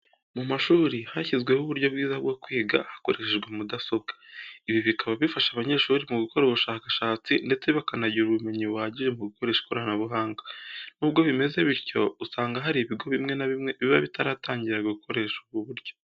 Mu mashuri hashyizweho uburyo bwiza bwo kwiga hakoreshejwe mudasobwa. Ibi bikaba bifasha abanyeshuri mu gukora ubushakashatsi ndetse bakanagira ubumenyi buhagije mu gukoresha ikoranabuhanga. Nubwo bimeze bityo, usanga hari ibigo bimwe na bimwe biba bitaratangira gukoresha ubu buryo.